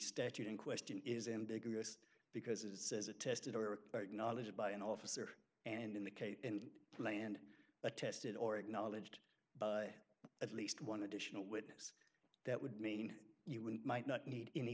statute in question is ambiguous because it says attested or acknowledged by an officer and in the case and planned attested or acknowledged by at least one additional witness that would mean you wouldn't might not need any